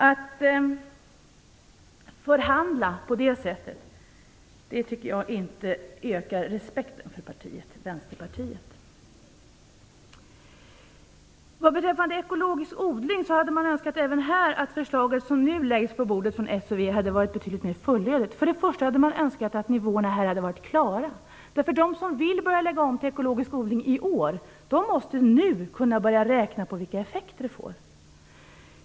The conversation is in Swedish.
Att förhandla på det sättet tycker jag inte ökar respekten för Vänsterpartiet. Beträffande ekologisk odling hade man önskat att det förslag som nu läggs på bordet från Socialdemokraterna och Vänsterpartiet hade varit mer fullödigt. Man hade önskat att nivåerna hade varit klara. De som vill börja lägga om till ekologisk odling i år måste nu kunna börja räkna på vilka effekter det får.